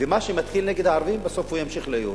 מה שמתחיל נגד הערבים, בסוף הוא ימשיך ליהודים.